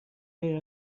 غیر